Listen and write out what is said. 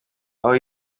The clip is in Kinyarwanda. aho